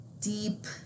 deep